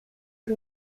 por